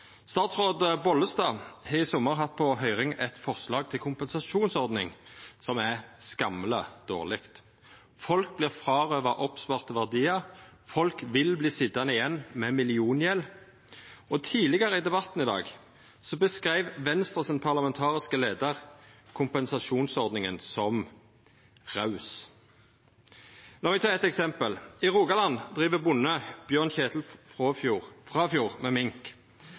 Statsråd Bollestad har i sommar hatt på høyring eit forslag til kompensasjonsordning som er skammeleg dårleg. Folk vert frårøva oppsparte verdiar. Folk vil sitja igjen med milliongjeld. Tidlegare i debatten beskreiv Venstres parlamentariske leiar kompensasjonsordninga som «raus». La meg ta eit eksempel: I Rogaland driv bonden Bjørn Kjetil Frafjord med mink.